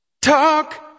Talk